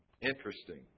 Interesting